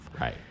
Right